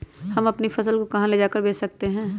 हम अपनी फसल को कहां ले जाकर बेच सकते हैं?